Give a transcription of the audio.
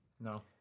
No